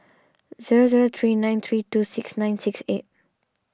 zero zero three nine three two six nine six eight